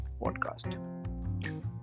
podcast